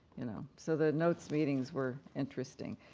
you know so the notes meetings were interesting.